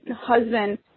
husband